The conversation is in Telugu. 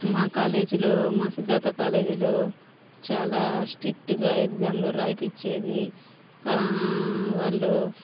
మా కాలేజీలో మా సిద్ధార్థ కాలేజీలో చాలా స్టిట్టుగా ఎగ్జామ్లు రాయిపిచ్చేది వాళ్ళు